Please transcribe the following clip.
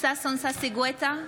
ששון ששי גואטה,